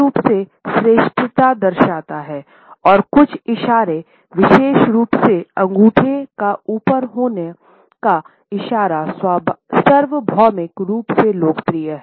रूप से श्रेष्ठता दर्शाता हैं और कुछ इशारे विशेष रूप से अंगूठे का ऊपर होने का इशारा सार्वभौमिक रूप से लोकप्रिय हैं